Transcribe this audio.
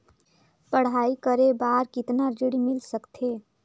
पढ़ाई करे बार कितन ऋण मिल सकथे?